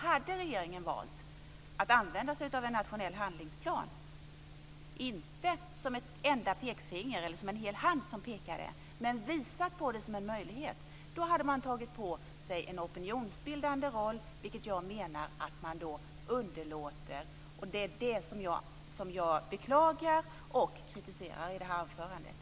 Hade regeringen valt att använda sig av en nationell handlingsplan - inte som ett enda pekfinger eller som en hel hand som pekade, utan visat på detta som en möjlighet så hade den tagit på sig en opinionsbildande roll. Jag menar att regeringen nu underlåter att göra detta, och det är det som jag beklagar och kritiserar i anförandet.